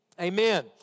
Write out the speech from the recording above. amen